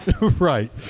Right